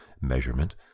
measurement